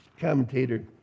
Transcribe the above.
commentator